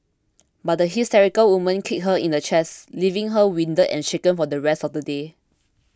but the hysterical woman kicked her in the chest leaving her winded and shaken for the rest of the day